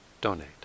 donate